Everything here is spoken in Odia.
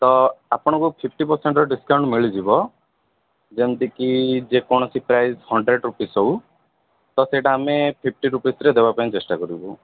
ତ ଆପଣଙ୍କୁ ଫିପ୍ଟି ପରସେଣ୍ଟର ଡିସ୍କାଉଣ୍ଟ ମିଳିଯିବ ଯେମିତି ଯେ କୌଣସି ପ୍ରାଇସ୍ ହଣ୍ଡ୍ରେଡ୍ ରୁପିଜ୍ ହେଉ ତ ସେଇଟା ଆମେ ଫିପ୍ଚି ରୁପିଜ୍ରେ ଦେବା ପାଇଁ ଚେଷ୍ଟା କରିବୁ